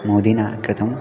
मोदिना कृतं